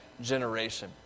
generation